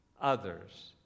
others